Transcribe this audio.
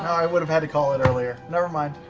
i would've had to call it earlier. never mind.